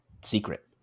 secret